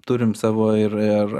turim savo ir ir